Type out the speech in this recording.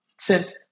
sent